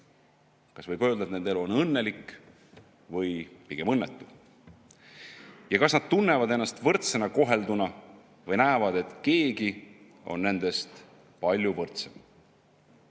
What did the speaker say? kas võib öelda, et nende elu on õnnelik, või on see pigem õnnetu ja kas nad tunnevad ennast võrdsena kohelduna või näevad, et keegi on nendest palju võrdsem,